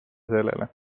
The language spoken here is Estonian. sellele